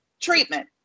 treatment